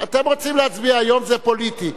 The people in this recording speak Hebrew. אתם רוצים להצביע היום, זה פוליטי.